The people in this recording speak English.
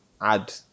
add